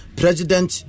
president